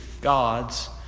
God's